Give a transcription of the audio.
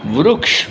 વૃક્ષ